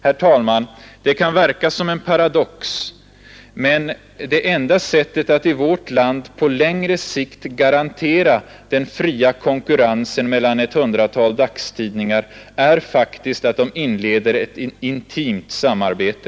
Herr talman, det kan verka som en paradox, men det enda sättet att i vårt land på längre sikt garantera den fria konkurrensen mellan ett hundratal dagstidningar är faktiskt att de inleder ett intimt samarbete.